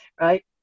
right